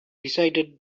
decided